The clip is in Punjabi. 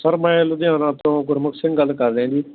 ਸਰ ਮੈਂ ਲੁਧਿਆਣਾ ਤੋਂ ਗੁਰਮੁਖ ਸਿੰਘ ਗੱਲ ਕਰ ਰਿਹਾ ਜੀ